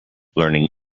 learning